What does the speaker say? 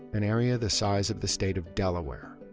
an area the size of the state of delaware,